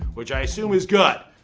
which i assume is good,